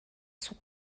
son